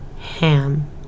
ham